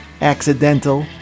accidental